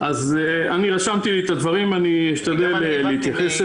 אז רשמתי לי את הדברים, אני אשתדל להתייחס.